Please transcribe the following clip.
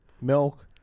milk